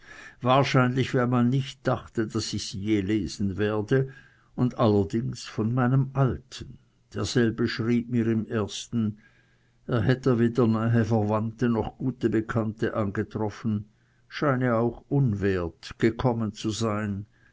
wahrscheinlich weil man nicht dachte daß ich sie je lesen werde und allerdings von meinem alten derselbe schrieb mir im ersten er hätte weder nahe verwandte noch gute bekannte angetroffen scheine auch unwert gekommen zu sein